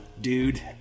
dude